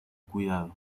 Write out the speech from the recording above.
cuidado